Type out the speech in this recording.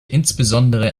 insbesondere